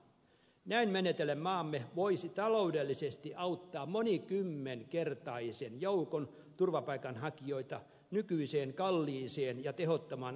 näin menetellen maamme voisi taloudellisesti auttaa monikymmenkertaisen joukon turvapaikanhakijoita nykyiseen kalliiseen ja tehottomaan avustusjärjestelmään verrattuna